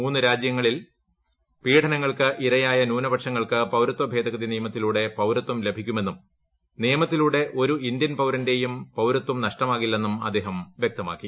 മൂന്ന് രാജ്യങ്ങളിൽ പീഡനങ്ങൾക്ക് ഇരയായ ന്യൂനപക്ഷങ്ങൾക്ക് പൌരത്വ ഭേദഗതി നിയമത്തിലൂടെ പൌരത്വം ലഭിക്കുമെന്നും നിയമത്തിലൂടെ ഒരു ഇന്ത്യൻ പൌരന്റേയും പൌരത്വം നഷ്ടമാകില്ലെന്നും അദ്ദേഹം വ്യക്തമാക്കി